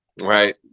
right